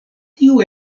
tiu